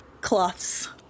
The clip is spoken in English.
cloths